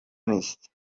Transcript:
نیست